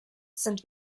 sind